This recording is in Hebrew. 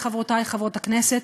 חברותי חברות הכנסת,